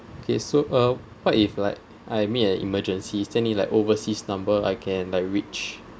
okay so uh what if like I'm in an emergency is there any like overseas number I can like reach